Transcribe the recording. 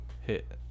hit